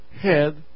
head